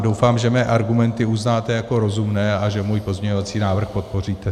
Doufám, že mé argumenty uznáte jako rozumné a že můj pozměňovací návrh podpoříte.